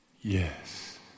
yes